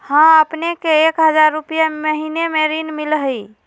हां अपने के एक हजार रु महीने में ऋण मिलहई?